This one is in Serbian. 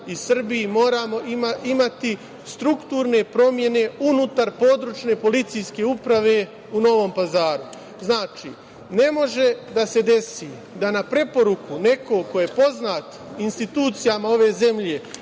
u Srbiji moramo imati strukturne promene unutar područne Policijske uprave u Novom Pazaru. Znači, ne može da se desi da na preporuku nekog ko je poznat institucijama ove zemlje